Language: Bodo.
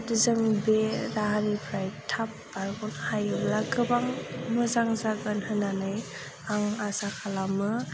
दा जों बे राहानिफ्राय थाब बारग'नो हायोब्ला गोबां मोजां जागोन होननानै आं आसा खालामो